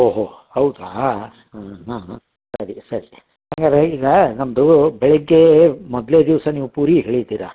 ಓಹೋ ಹೌದಾ ಹ್ಞೂ ಹಾಂ ಹಾಂ ಸರಿ ಸರಿ ಹಂಗಾದ್ರೆ ಈಗ ನಮ್ಮದು ಬೆಳಗ್ಗೆ ಮೊದಲೇ ದಿವಸ ನೀವು ಪೂರಿ ಹೇಳಿದ್ದೀರಿ